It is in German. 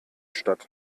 statt